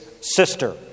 sister